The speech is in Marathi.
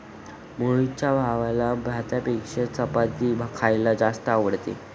मोहितच्या भावाला भातापेक्षा चपाती खायला जास्त आवडते